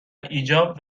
ایجاب